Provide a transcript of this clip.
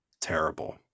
terrible